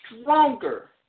stronger